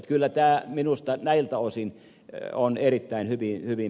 kyllä tämä minusta näiltä osin on erittäin hyvin mennyt